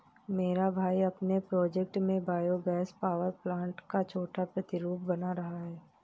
मेरा भाई अपने प्रोजेक्ट में बायो गैस पावर प्लांट का छोटा प्रतिरूप बना रहा है